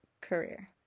career